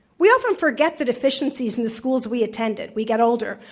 we often forget that efficiencies in the schools we attended, we get older,